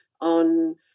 on